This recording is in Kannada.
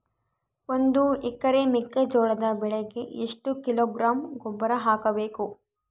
ಒಂದು ಎಕರೆ ಮೆಕ್ಕೆಜೋಳದ ಬೆಳೆಗೆ ಎಷ್ಟು ಕಿಲೋಗ್ರಾಂ ಗೊಬ್ಬರ ಹಾಕಬೇಕು?